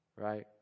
right